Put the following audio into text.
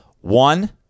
One